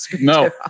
no